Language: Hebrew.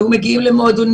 היו מגיעים למועדונים,